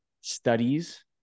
studies